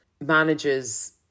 manages